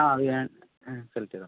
ആ അതു ഞാൻ സെലക്ട് ചെയ്തതാണ്